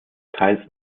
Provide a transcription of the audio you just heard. teils